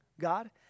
God